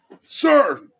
Sir